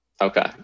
Okay